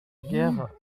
guerre